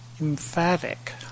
emphatic